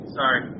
sorry